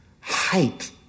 height